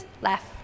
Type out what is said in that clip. left